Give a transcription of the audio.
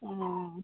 ହଁ